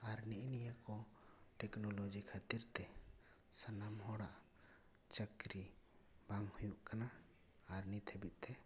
ᱟᱨ ᱱᱮᱜ ᱮ ᱱᱤᱭᱟᱹ ᱠᱚ ᱴᱮᱠᱱᱳᱞᱳᱡᱤ ᱠᱷᱟᱹᱛᱤᱨ ᱛᱮ ᱥᱟᱱᱟᱢ ᱦᱚᱲᱟᱜ ᱪᱟᱹᱠᱨᱤ ᱵᱟᱝ ᱦᱩᱭᱩᱜ ᱠᱟᱱᱟ ᱟᱨ ᱱᱤᱛ ᱦᱟᱹᱵᱤᱡ ᱛᱮ ᱦᱚᱲ